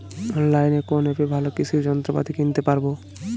অনলাইনের কোন অ্যাপে ভালো কৃষির যন্ত্রপাতি কিনতে পারবো?